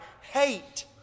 hate